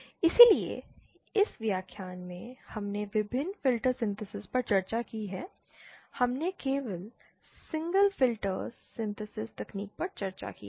इसलिए इस व्याख्यान में हमने विभिन्न फिल्टर सिंथेसिस पर चर्चा की है हमने केवल सिंगल फ़िल्टर सिंथेसिस तकनीक पर चर्चा की है